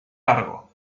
largo